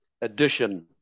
addition